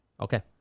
Okay